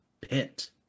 Pit